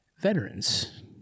veterans